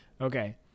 Okay